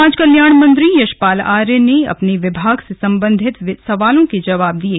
समाज कल्याण मंत्री यशपाल आर्य ने अपने विभाग से संबंधित सवालों के जवाब दिये